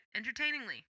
entertainingly